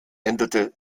änderte